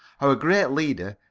our great leader,